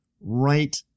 right